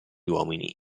uomini